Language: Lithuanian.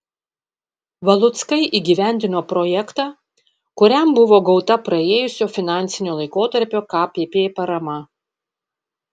valuckai įgyvendino projektą kuriam buvo gauta praėjusio finansinio laikotarpio kpp parama